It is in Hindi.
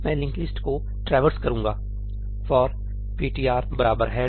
मैं लिंक्ड लिस्ट को ट्रैवर्स करूंगा 'forptr head ptr